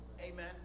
Amen